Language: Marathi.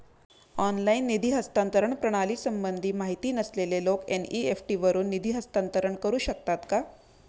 ऑनलाइन निधी हस्तांतरण प्रणालीसंबंधी माहिती नसलेले लोक एन.इ.एफ.टी वरून निधी हस्तांतरण करू शकतात का?